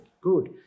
good